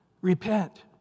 Repent